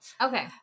Okay